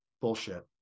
bullshit